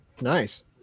Nice